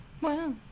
Wow